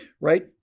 right